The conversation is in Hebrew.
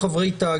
134ב עד 134ט,